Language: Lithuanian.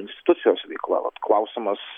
institucijos veikla vat klausimas